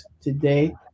Today